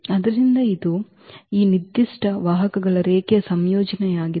ಆದ್ದರಿಂದ ಇದು ಈ ನಿರ್ದಿಷ್ಟ ವಾಹಕಗಳ ರೇಖೀಯ ಸಂಯೋಜನೆಯಾಗಿದೆ